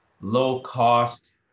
low-cost